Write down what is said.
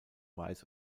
weiß